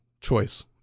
choice